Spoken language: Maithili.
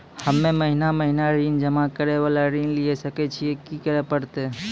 हम्मे महीना महीना ऋण जमा करे वाला ऋण लिये सकय छियै, की करे परतै?